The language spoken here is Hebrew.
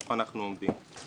ואיפה אנחנו עומדים.